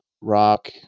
rock